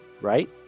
right